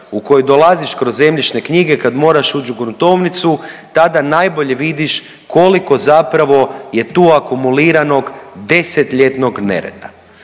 u koji dolaziš kroz zemljišne knjige kad moraš ući u gruntovnicu, tada najbolje vidiš koliko zapravo je tu akumuliranog 10-ljetnog nereda.